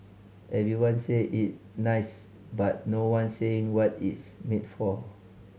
everyone say is nice but no one saying what is made for